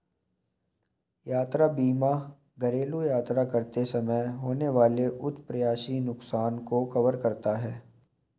यात्रा बीमा घरेलू यात्रा करते समय होने वाले अप्रत्याशित नुकसान को कवर करता है